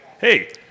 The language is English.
hey